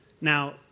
Now